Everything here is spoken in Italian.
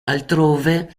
altrove